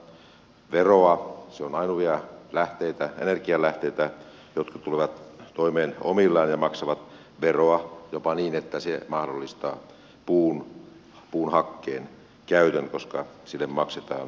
se on ainoita energianlähteitä jotka tulevat toimeen omillaan ja maksavat veroa jopa niin että se mahdollistaa puun hakkeen käytön koska sille maksetaan tukea